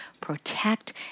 protect